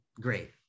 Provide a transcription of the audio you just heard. great